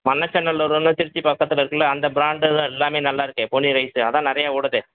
மண்ணச்சநல்லூர் வந்து திருச்சி பக்கத்தில் இருக்குதில்ல அந்த பிராண்டு தான் எல்லாமே நல்லா இருக்கே பொன்னி ரைஸ்ஸு அதுதான் நிறைய ஓடுதே